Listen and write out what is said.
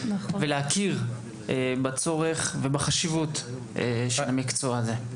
ולהכיר בצורך ובחשיבות של המקצוע הזה.